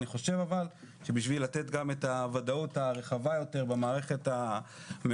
אבל אני חושב שבשביל לתת את הוודאות הרחבה יותר במערכת הלא